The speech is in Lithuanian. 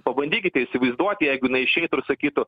pabandykite įsivaizduoti jeigu jinai išeitų ir sakytų